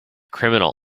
criminal